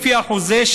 לפי החוזה,